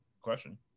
Question